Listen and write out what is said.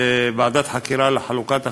ועדת חקירה לחלוקת הכנסות,